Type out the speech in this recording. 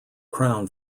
crown